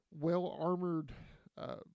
well-armored